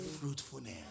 fruitfulness